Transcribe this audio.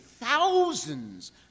thousands